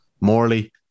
Morley